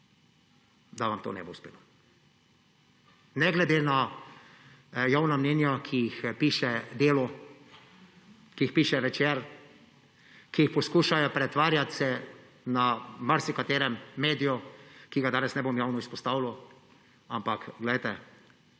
da vam to ne bo uspelo, ne glede na javna mnenja, ki jih piše Delo, ki jih piše Večer, ki jih poskušajo pretvarjati na marsikaterem mediju, ki ga danes ne bom javno izpostavljal. Ampak glejte,